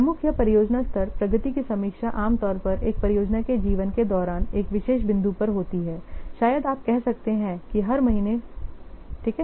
प्रमुख या परियोजना स्तर प्रगति की समीक्षा आम तौर पर एक परियोजना के जीवन के दौरान एक विशेष बिंदु पर होती है शायद आप कह सकते हैं कि हर महीने ठीक है